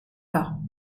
pas